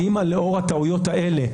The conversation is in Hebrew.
האם לאור הטעויות האלה,